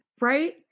Right